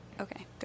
okay